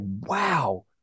wow